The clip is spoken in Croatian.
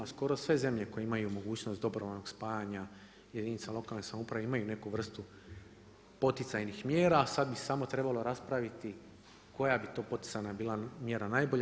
Skoro sve zemlje koje imaju mogućnost dobrovoljnog spajanja jedinica lokalne samouprave imaju neku vrstu poticajnih mjera, sad bi samo trebalo raspraviti koja bi to poticajna bila mjera najbolja.